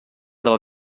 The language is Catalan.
del